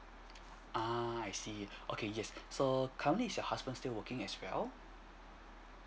uh I see okay yes so currently is your husband still working as well